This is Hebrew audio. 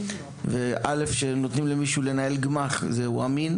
וא' כשנותנים למישהו לנהל גמ"ח הוא אמין